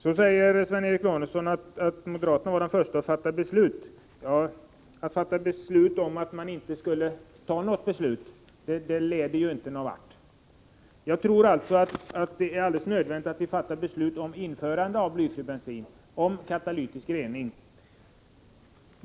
Så säger Sven Eric Lorentzon att moderaterna var de första att fatta beslut. Ja, att fatta beslut om att man inte skall fatta något beslut — det leder ju inte någon vart. Jag tror alltså att det är alldeles nödvändigt att vi fattar beslut om införande av blyfri bensin, om katalytisk rening.